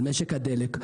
על משק הדלק,